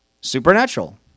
Supernatural